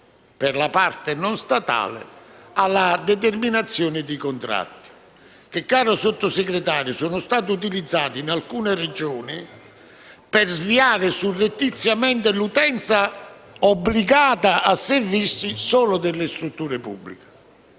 per la parte non statale, alla determinazione di contratti, che, caro Sottosegretario, sono stati utilizzati in alcune Regioni per sviare surrettiziamente l'utenza obbligata a servirsi solo delle strutture pubbliche.